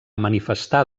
manifestar